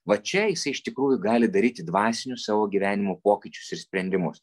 va čia jisai iš tikrųjų gali daryti dvasinius savo gyvenimo pokyčius ir sprendimus